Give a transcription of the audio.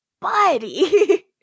buddy